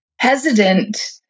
hesitant